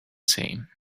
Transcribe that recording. same